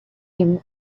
him